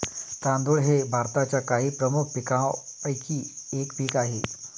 तांदूळ हे भारताच्या काही प्रमुख पीकांपैकी एक पीक आहे